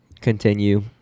continue